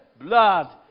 blood